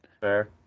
Fair